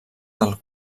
del